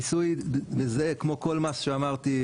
המיסוי כמו כל מס שאמרתי,